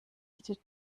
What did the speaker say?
bietet